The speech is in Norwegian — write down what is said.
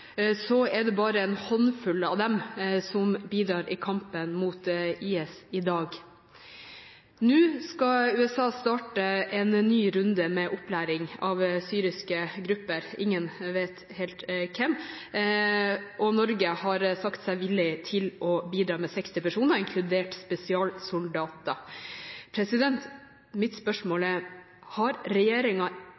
er det bare en håndfull av dem som bidrar i kampen mot IS i dag. Nå skal USA starte en ny runde med opplæring av syriske grupper, ingen vet helt hvem, og Norge har sagt seg villig til å bidra med 60 personer, inkludert spesialsoldater. Mitt spørsmål